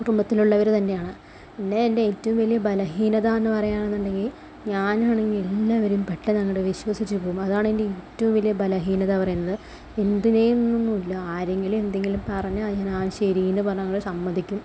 കുടുംബത്തിലുള്ളവരു തന്നെയാണ് പിന്നെ എൻ്റെ ഏറ്റവും വലിയ ബലഹീനത എന്നുപറയുകയാണെന്നുണ്ടെങ്കിൽ ഞാനാണെങ്കിൽ എല്ലാവരെയും പെട്ടന്നങ്ങോട്ട് വിശ്വസിച്ചു പോകും അതാണെന്റെ ഏറ്റവും വലിയ ബലഹീനത പറയുന്നത് എന്തിനെയെന്നൊന്നും ഇല്ല ആരെങ്കിലും എന്തെങ്കിലും പറഞ്ഞാൽ ഞാൻ ആ ശരിയെന്നു പറഞ്ഞങ്ങോട്ട് സമ്മതിക്കും